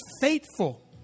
faithful